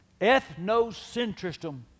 Ethnocentrism